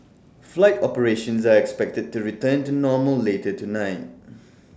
flight operations are expected to return to normal later tonight